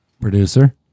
Producer